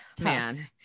man